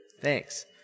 thanks